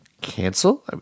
Cancel